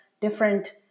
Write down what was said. different